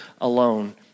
alone